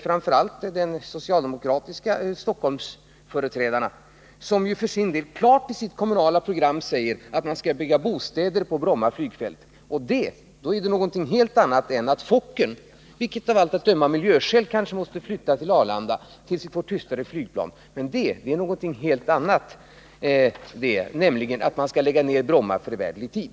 Framför allt gäller detta de socialdemokratiska Stockholmsföreträdarna, som ju för sin del i sitt kommunala program klart säger att man skall bygga bostäder på Bromma flygfält. Att Fokkern av miljöskäl kanske måste flytta till Arlanda tills vi får tystare flygplan — det är något helt annat än att man skall lägga ned Bromma för evärdlig tid.